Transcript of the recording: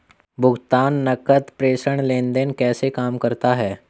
भुगतान नकद प्रेषण लेनदेन कैसे काम करता है?